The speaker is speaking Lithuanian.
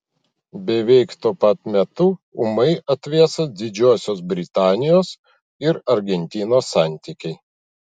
beveik tuo pat metu ūmai atvėso didžiosios britanijos ir argentinos santykiai